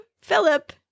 Philip